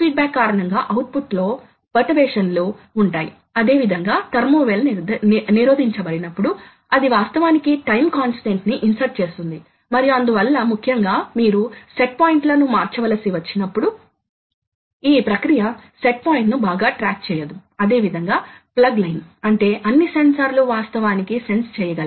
సన్నాహక దశ లో మరియు అనేక ఇతర ఫంక్షన్స్ ఉండ వచ్చు శీతలకరణి ని ఆపివేయడం శీతలకరణిని ఆన్ చేయడం మరియు అలాంటి ఇతర రకాల సహాయక ఫంక్షన్స్ కూడా ఉండవచ్చు మరియు చివరకు దీనికి బ్లాక్ సిగ్నల్ ముగింపు ఉండాలి